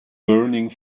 burning